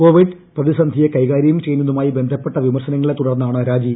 Covid പ്രതിസന്ധിയെ കൈകാരൃം ചെയ്തതുമായി ബന്ധപ്പെട്ട വിമർശനങ്ങളെ തുടർന്നാണ് രാജി